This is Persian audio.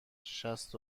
شصت